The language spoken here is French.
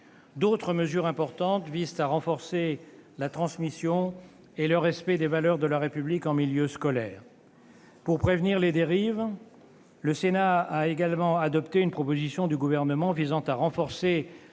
D'autres mesures importantes visent à renforcer la transmission et le respect des valeurs de la République en milieu scolaire. Pour prévenir les dérives, le Sénat a également adopté une disposition du Gouvernement visant à renforcer